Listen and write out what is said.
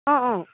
অ' অ'